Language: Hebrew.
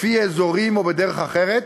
לפי אזורים או בדרך אחרת,